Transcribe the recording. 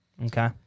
Okay